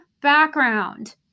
background